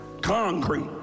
Concrete